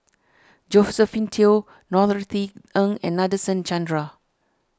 Josephine Teo Norothy Ng and Nadasen Chandra